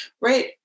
right